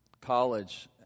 college